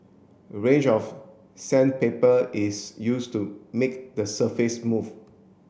a range of sandpaper is used to make the surface smooth